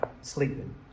sleeping